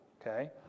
okay